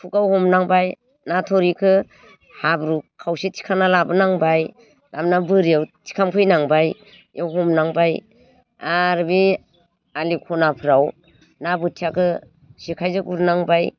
खुगायाव हमनांबाय ना थुरिखौ हाब्रु खावसे थिखांना लाबोनांबाय लाबोना बोरियाव थिखांफैनांबाय बियाव हमनांबाय आरो बे आलि ख'नाफ्राव ना बोथियाखौ जेखाइजों गुरनांबाय